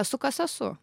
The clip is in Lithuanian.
esu kas esu